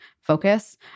focus